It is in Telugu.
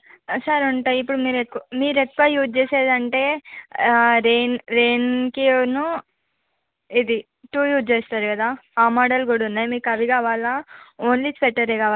సార్ ఉంటాయి ఇపుడు మీరు ఎక్ మీరు ఎక్కువ యూస్ చేసేదంటే రెయిన్ రెయిన్కిను ఇది టూ యూస్ చేస్తారు కదా ఆ మోడల్ కూడా ఉన్నాయి మీకు అవి కావాలా ఓన్లీ స్వెటరే కావాలా